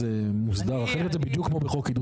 זה לא בירוקרטי, כי זה תהליך מאוד פשוט, בו פונים